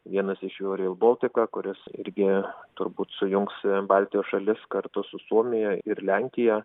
vienas iš jų reil boltik kuris irgi turbūt sujungs baltijos šalis kartu su suomija ir lenkija